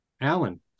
alan